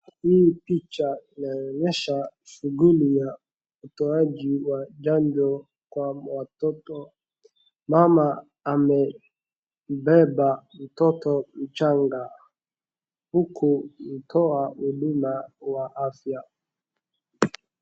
Hii picha inanionyesha shughuli ya utoaji wa chanjo kwa watoto. Mama amembeba mtoto mchanga huku akitoa huduma ya afya.